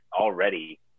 already